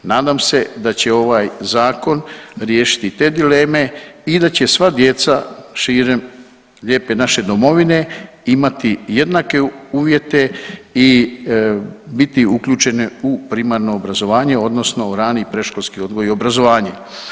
Nadam se da će ovaj zakon riješiti te dileme i da će sva djeca širom lijepe naše domovine imati jednake uvjete i biti uključene u primarno obrazovanje odnosno u rani i predškolski odgoj i obrazovanje.